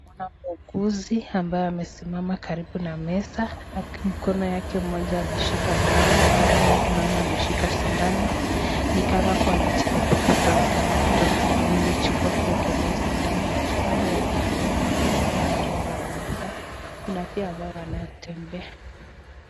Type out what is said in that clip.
Kuna muuguzi ambaye amesimama karibu na meza, mkono wake moja ameshika dawa ingine tunaona ameshika sindano nikama kuwa anajaribu kutoa dawa kutoka kwa lile chupa kuwekelea sindano. Kando yake kidogo mbali kuna watu ambao wamekaa. Kuna pia ambao wanatembea.